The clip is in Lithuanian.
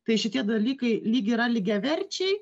tai šitie dalykai lyg yra lygiaverčiai